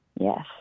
Yes